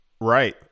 Right